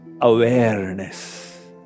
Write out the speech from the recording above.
awareness